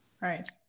Right